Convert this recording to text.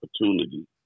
opportunity